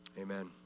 Amen